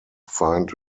find